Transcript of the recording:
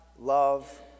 love